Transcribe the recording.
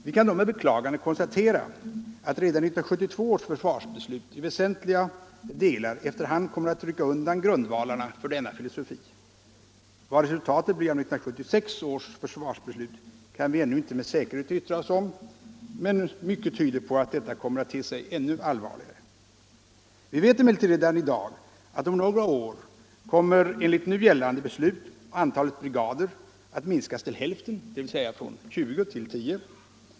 Vi kan då med beklagande konstatera att redan 1972 års försvarsbeslut i väsentliga delar efter hand kommer att rycka undan grundvalarna för denna filosofi. Vad resultatet blir av 1976 års försvarsbeslut kan vi ännu inte med säkerhet yttra oss om, men mycket tyder på att detta kommer att te sig ännu allvarligare. Vi vet emellertid redan i dag att om några år kommer enligt nu gällande beslut antalet brigader att minskas till hälften, dvs. från 20 till 10.